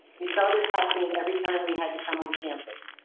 we saw this happening every time we had to come on campus.